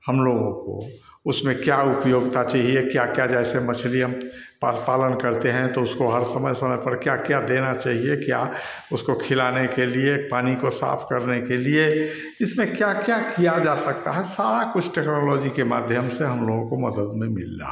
हमलोगों को उसमें क्या उपयोगिता चाहिए क्या क्या जैसे मछली अब पालन करते हैं तो उसको समय समय पर क्या क्या देना चाहिए क्या उसको खिलाने के लिए पानी को साफ़ करने के लिए इसमें क्या क्या किया जा सकता है सारा कुछ टेक्नोलॉजी के माध्यम से हमलोगों को मदद में मिल रहा है